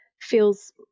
feels –